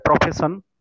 profession